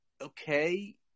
okay